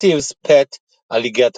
Steve's Pet Alligator.